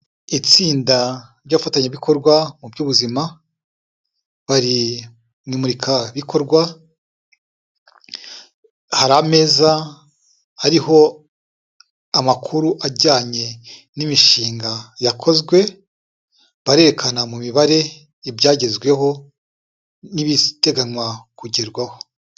Itsinda ry'abafatanyabikorwa mu by'ubuzima bari mu imurikabikorwa; hari ahameza, hariho amakuru ajyanye n'imishinga yakozwe, barerekana mu mibare ibyagezweho n'ibiteganywa kugerwaho.